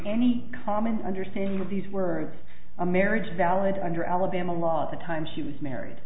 any common understanding of these words a marriage valid under alabama law at the time she was married